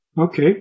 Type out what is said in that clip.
Okay